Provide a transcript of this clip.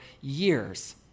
years